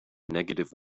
negative